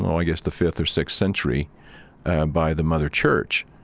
i guess the fifth or sixth century by the mother church,